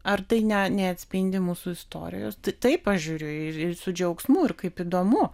ar tai ne neatspindi mūsų istorijos tiktai pažiūriu ir su džiaugsmu ir kaip įdomu